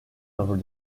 over